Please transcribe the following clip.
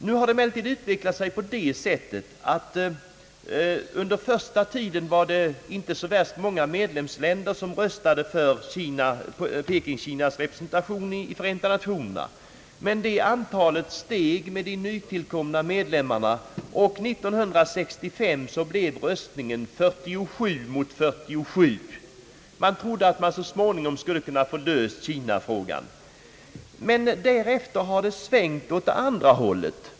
Nu har det emellertid utvecklat sig på det sättet att under första tiden röstade inte många medlemsländer för Peking-Kinas representation i Förenta Nationerna, men antalet steg med de nytillkomna medlemmarna, och år 1965 utföll röstningen 47 mot 47. Man trodde att man så småningom skulle få Kinafrågan löst, men därefter har det svängt åt andra hållet.